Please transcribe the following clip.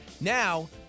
Now